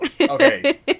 okay